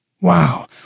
Wow